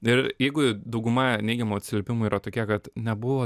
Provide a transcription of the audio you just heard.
ir jeigu dauguma neigiamų atsiliepimų yra tokie kad nebuvo